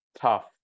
tough